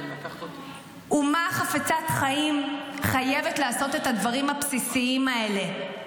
אומה חפצת חיים חייבת לעשות את הדברים הבסיסיים האלה.